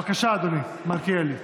בבקשה, אדוני, מלכיאלי,